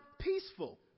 peaceful